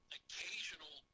occasional